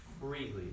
freely